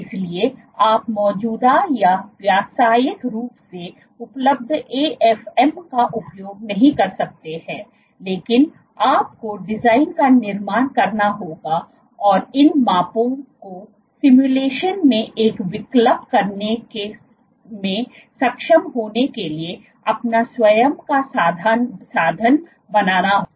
इसलिए आप मौजूदा या व्यावसायिक रूप से उपलब्ध एएफएम का उपयोग नहीं कर सकते हैं लेकिन आपको डिज़ाइन का निर्माण करना होगा और इन मापों को सिमुलेशन में एक विकल्प करने में सक्षम होने के लिए अपना स्वयं का साधन बनाना होगा